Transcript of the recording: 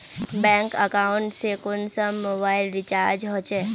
Bank account से कुंसम mobile recharge होचे?